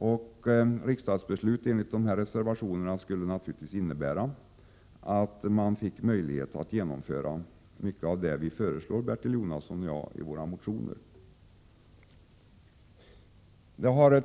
Ett riksdagsbeslut enligt dessa reservationer skulle naturligtvis innebära att man fick möjlighet att genomföra mycket av det som Bertil Jonasson och jag föreslår i våra motioner.